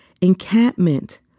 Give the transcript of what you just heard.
encampment